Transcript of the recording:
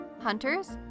hunters